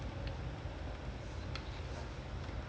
I think he doesn't change up his tactics also something like that